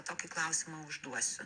tokį klausimą užduosiu